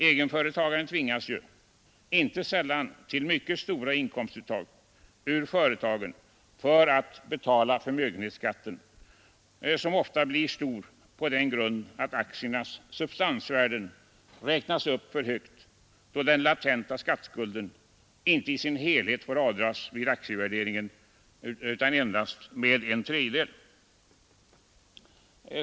Egenföretagaren tvingas ju inte sällan till mycket stora inkomstuttag i företaget för att kunna betala förmögenhetsskatten, som ofta blir stor på grund av att aktiernas substansvärden räknas upp för högt, då den latenta skatteskulden icke i sin helhet får avdragas vid aktievärderingen utan endast med en tredjedel.